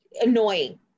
Annoying